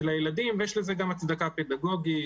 ויש לזה גם הצדקה פדגוגית.